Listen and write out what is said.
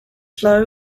slow